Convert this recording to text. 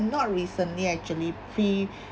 not recently actually pre